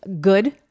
good